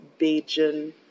Beijing